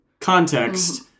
context